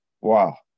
Wow